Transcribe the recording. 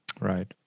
right